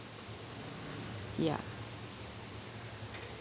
ya